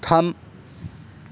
थाम